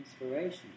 inspiration